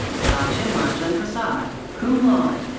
sachhin ranjan prasad, cum laude.